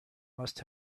must